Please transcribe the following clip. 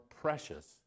precious